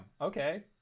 okay